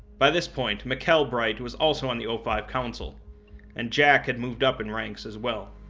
by this point, mikell bright was also on the o five council and jack had moved up in ranks as well.